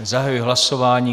Zahajuji hlasování.